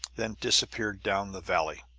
then disappeared down the valley.